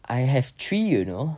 I have three you know